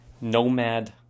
Nomad